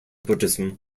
buddhism